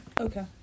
Okay